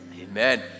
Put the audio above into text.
Amen